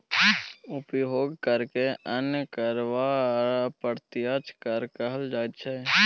उपभोग करकेँ अन्य कर वा अप्रत्यक्ष कर कहल जाइत छै